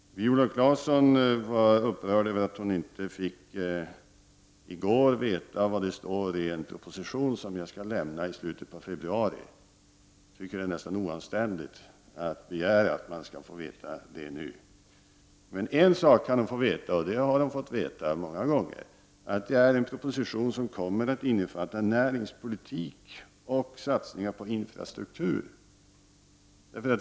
Viola Claesson var upprörd över att hon i går inte fick veta vad som står i en proposition som jag skall lämna i slutet av februari. Jag tycker att det nästan är oanständigt att begära att få veta det nu. Men en sak kan Viola Claesson få veta, och det har hon fått besked om många gånger, nämligen att det är fråga om en proposition som kommer att innefatta näringspolitik och satsningar på infrastruktur.